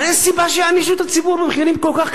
אין סיבה שיענישו את הציבור במחירים כל כך כבדים.